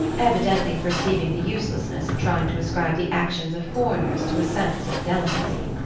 evidently perceiving the uselessness of trying to ascribe the actions of foreigners to a sense of delicacy.